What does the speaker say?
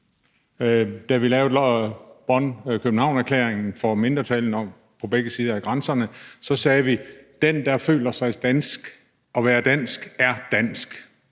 Da vi lavede Bonn-København-erklæringerne for mindretallene på begge sider af grænsen, sagde vi, at den, der føler sig dansk, er dansk.